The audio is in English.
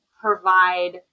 provide